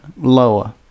lower